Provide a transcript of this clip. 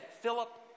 Philip